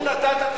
אם נתת,